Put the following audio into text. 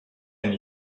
and